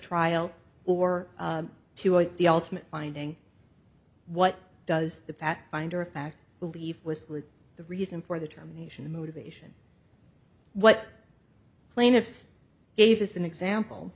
trial or to the ultimate finding what does that finder of fact believe was the reason for the termination motivation what plaintiffs gave us an example